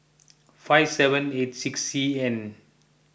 five seven eight six C N